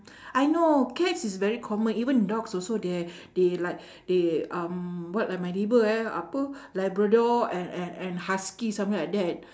I know cats is very common even dogs also they h~ they like they um what ah my neighbour eh apa labrador and and and husky something like that